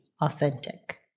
authentic